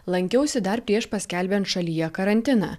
lankiausi dar prieš paskelbiant šalyje karantiną